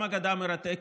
גם אגדה מרתקת.